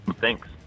Thanks